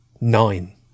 nine